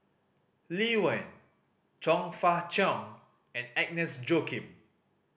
Lee Wen Chong Fah Cheong and Agnes Joaquim